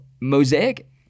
Mosaic –